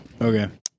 Okay